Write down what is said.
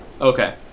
Okay